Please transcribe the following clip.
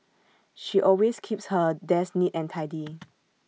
she always keeps her desk neat and tidy